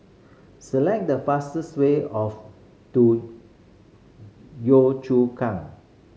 select the fastest way of to Chu Kang